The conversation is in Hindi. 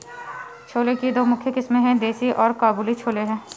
छोले की दो मुख्य किस्में है, देसी और काबुली छोले हैं